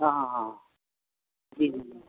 ہاں ہاں ہاں جی جی جی